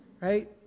Right